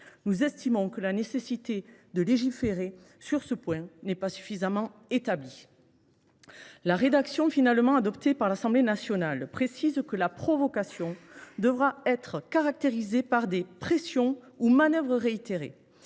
Nous estimons que la nécessité de légiférer sur ce point n’est pas suffisamment établie. Dans sa rédaction finalement adoptée par l’Assemblée nationale, l’article 4 précise que la provocation devra être caractérisée « au moyen de pressions ou de manœuvres réitérées